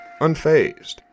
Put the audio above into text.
unfazed